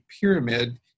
pyramid